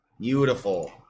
beautiful